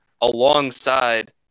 alongside